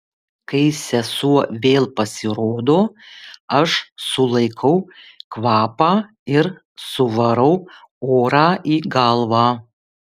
kai sesuo vėl pasirodo aš sulaikau kvapą ir suvarau orą į galvą